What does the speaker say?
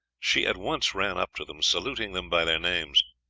she at once ran up to them, saluting them by their names.